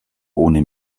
ohne